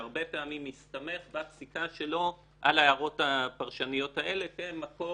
שהרבה פעמים מסתמך בפסיקה שלו על ההערות הפרשניות האלה כמקור